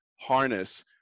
harness